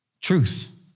truth